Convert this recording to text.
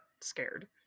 scared